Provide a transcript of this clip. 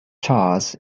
charles